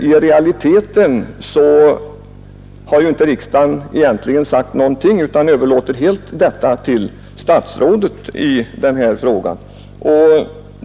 I verkligheten har inte riksdagen egentligen sagt någonting utan helt överlåtit bedömningen till statsrådet i den här frågan.